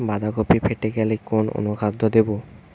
বাঁধাকপি ফেটে গেলে কোন অনুখাদ্য দেবো?